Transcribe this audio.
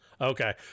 Okay